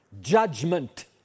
Judgment